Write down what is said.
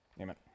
Amen